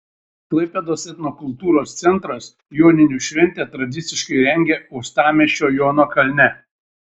klaipėdos etnokultūros centras joninių šventę tradiciškai rengia uostamiesčio jono kalne